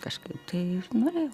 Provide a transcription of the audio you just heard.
kažkaip tai ne